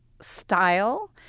style